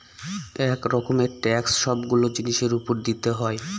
এক রকমের ট্যাক্স সবগুলো জিনিসের উপর দিতে হয়